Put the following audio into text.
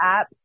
app